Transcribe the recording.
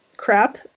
crap